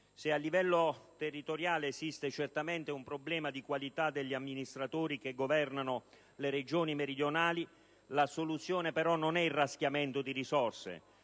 Se a livello territoriale esiste un problema di qualità degli amministratori che governano le Regioni meridionali, la soluzione non è però il raschiamento di risorse,